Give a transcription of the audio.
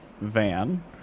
van